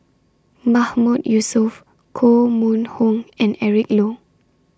Mahmood Yusof Koh Mun Hong and Eric Low